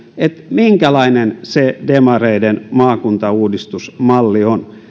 minkälainen se demareiden maakuntauudistusmalli on